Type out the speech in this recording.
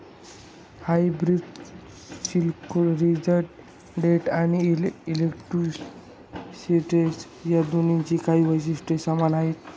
hybrid securities debt आणि equity securities या दोन्हींची काही वैशिष्ट्ये समान आहेत